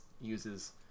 uses